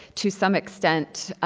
to some extent,